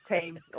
team